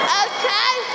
okay